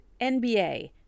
NBA